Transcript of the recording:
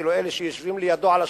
אפילו אלה שיושבים לידו עכשיו.